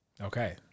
Okay